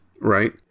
right